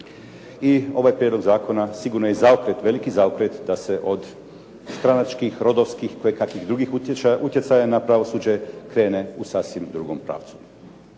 I ovaj prijedlog zakona sigurno je zaokret, veliki zaokret da se od stranačkih, rodovskih i kojekakvih drugih utjecaja na pravosuđe krene u sasvim drugom pravcu.